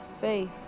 faith